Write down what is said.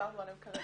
שדיברנו עליהן כרגע.